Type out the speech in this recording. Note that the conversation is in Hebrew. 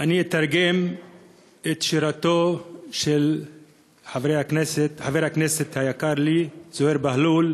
אני אתרגם את שירתו של חבר הכנסת היקר לי זוהיר בהלול,